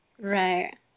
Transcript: Right